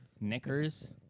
Knickers